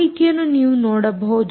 ಮಾಹಿತಿಯನ್ನು ನೀವು ನೋಡಬಹುದು